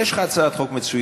יש לך הצעת חוק מצוינת.